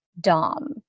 dom